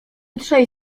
trzej